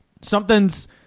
Something's –